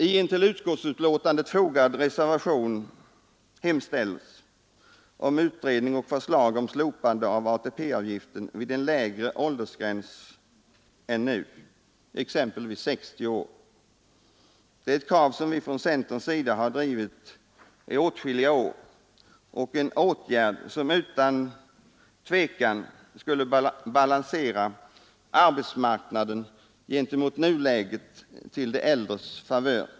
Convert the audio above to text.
I en till utskottsbetänkandet fogad reservation, nr 1, hemställes om utredning och förslag om slopande av ATP-avgiften vid en lägre åldersgräns än nu, exempelvis vid 60 år. Det är ett krav som vi från centerns sida har drivit i åtskilliga år, och åtgärden skulle utan tvivel balansera arbetsmarknaden gentemot nuläget till de äldres favör.